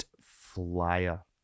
flyer